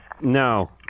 No